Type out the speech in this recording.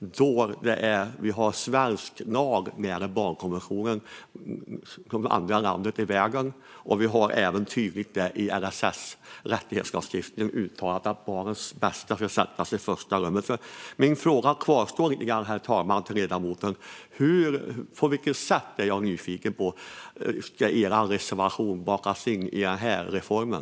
Sverige har ju infört barnkonventionen som svensk lag som det andra landet i världen, och det uttalas även tydligt i rättighetslagstiftningen i LSS att barnets bästa ska sättas i främsta rummet. Min fråga kvarstår. Jag är lite nyfiken på hur er reservation ska bakas in i den här reformen.